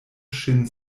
ŝin